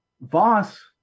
Voss